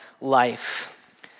life